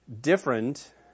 different